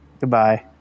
goodbye